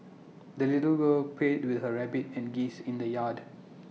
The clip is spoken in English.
the little girl played with her rabbit and geese in the yard